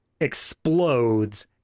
explodes